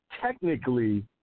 technically